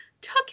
took